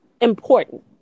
important